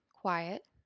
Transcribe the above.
quiet